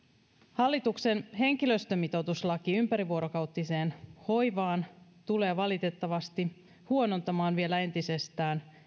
hallituksen henkilöstömitoituslaki ympärivuorokautiseen hoivaan tulee valitettavasti huonontamaan vielä entisestään